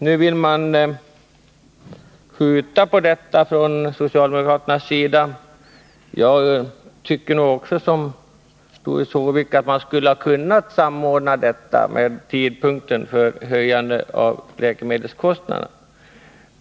Nu vill socialdemokraterna skjuta på detta. Jag tycker liksom Doris Håvik att man borde ha kunnat samordna tiden för ikraftträdandet med tidpunkten för höjandet av läkemedelskostnaderna.